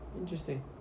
interesting